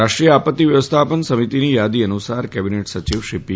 રાષ્ટ્રીય આપત્તિ વ્યવસ્થાપન સમિતિની યાદી અનુસાર કેબીનેટ સચિવ શ્રી પી